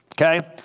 Okay